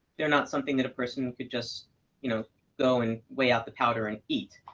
they're not something that a person could just you know go, and weigh out the powder, and eat,